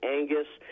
Angus